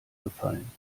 gefallen